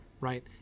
right